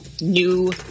new